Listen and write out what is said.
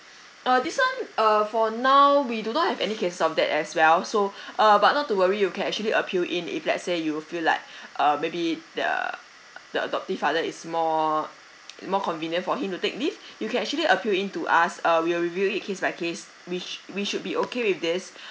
uh this one uh for now we do not have any cases of that as well so uh but not to worry you can actually appeal in if let's say you would feel like uh maybe the the adoptive father is more is more convenient for him to take leave you can actually appeal in to us uh we will review it case by case which we should be okay with this